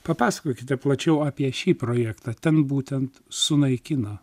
papasakokite plačiau apie šį projektą ten būtent sunaikino